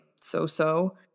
so-so